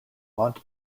mont